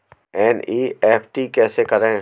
NEFT कैसे करें?